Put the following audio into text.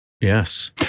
yes